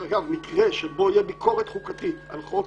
במקרה שיהיה בו ביקורת חוקתית על חוק,